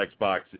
Xbox